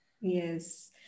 Yes